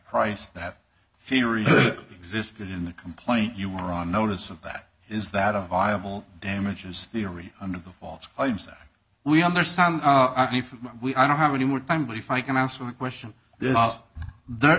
price that theory existed in the complaint you were on notice of that is that a viable damages theory under the false claims that we understand and if we i don't have any more time but if i can answer the question th